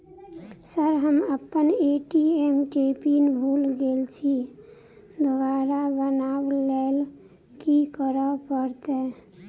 Sir हम अप्पन ATM केँ पिन भूल गेल छी दोबारा बनाब लैल की करऽ परतै?